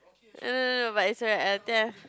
no no no but it's alright I will tell